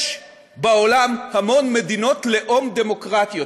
יש בעולם המון מדינות לאום דמוקרטיות.